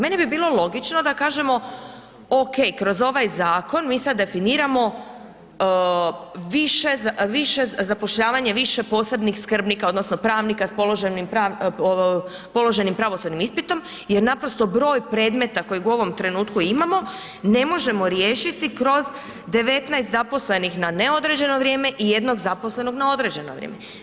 Meni bi bilo logično da kažemo ok, kroz ovaj zakon mi sad definiramo više, zapošljavanje više posebnih skrbnika odnosno pravnika sa položenim pravosudnim ispitom jer naprosto broj predmeta kojeg u ovom trenutku imamo, ne možemo riješiti kroz 19 zaposlenih na neodređeno vrijeme i jednog zaposlenog na određeno vrijeme.